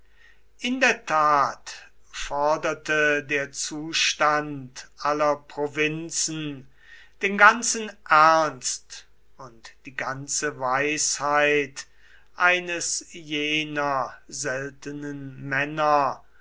in der tat forderte der zustand aller provinzen den ganzen ernst und die ganze weisheit eines jener seltenen männer